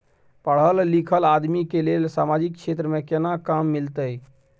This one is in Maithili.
पढल लीखल आदमी के लेल सामाजिक क्षेत्र में केना काम मिलते?